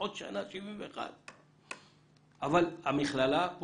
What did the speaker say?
עוד שנה,